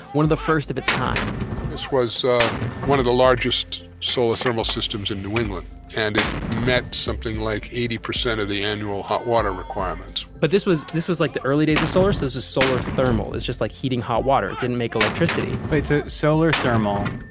one of the first of its kind this was a one of the largest solar thermal systems in new england and it met something like eighty percent of the annual hot water requirements. but this was this was like the early days of solar. so this was solar thermal. it's just like heating hot water, it didn't make electricity wait. it's ah solar thermal.